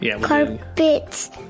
carpets